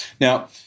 Now